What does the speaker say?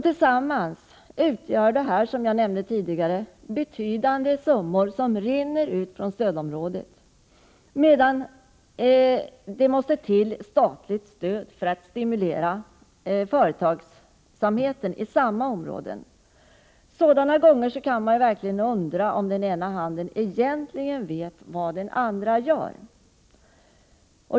Tillsammans blir detta — som jag nämnde tidigare — betydande summor som rinner ut från stödområdena, samtidigt som det måste till statligt stöd för att stimulera företagsamheten i samma område. Sådana gånger kan man verkligen undra om den ena handen egentligen vet vad den andra gör.